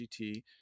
gt